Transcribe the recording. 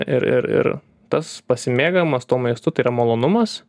ir ir ir tas pasimėgavimas tuo miestu tai yra malonumas